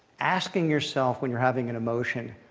asking yourself, when you're having an emotion,